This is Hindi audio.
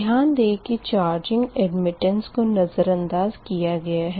ध्यान दें चार्जिंग एडमिट्टांस को नज़रअंदाज़ किया गया है